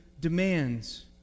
demands